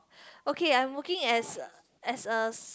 okay I'm working as as a s~